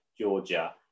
Georgia